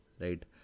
Right